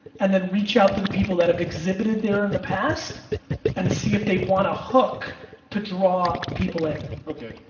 and then reach out to the people that have exhibited there in the past and see if they want a hook to draw people in. okay,